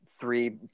three